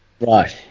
right